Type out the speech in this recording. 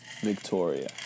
Victoria